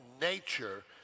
nature